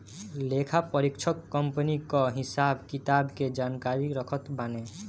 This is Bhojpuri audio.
लेखापरीक्षक कंपनी कअ हिसाब किताब के जानकारी रखत बाने